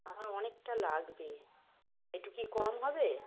আমার অনেকটা লাগবে একটু কি কম হবে